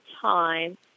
time